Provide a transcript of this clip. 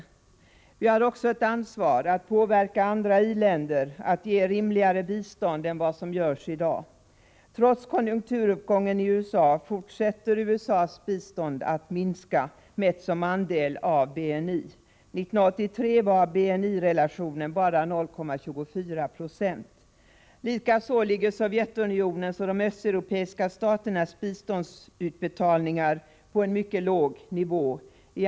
Dessutom har vi ett ansvar att påverka andra i-länder att ge ett rimligare bistånd än det som ges i dag. Trots konjunkturuppgången i USA fortsätter USA:s bistånd att minska, mätt som andel av BNI. 1983 var BNI-relationen bara 0,24 96. Vidare ligger Sovjetunionens och de övriga östeuropeiska staternas biståndsutbetalningar på en mycket låg nivå.